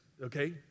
okay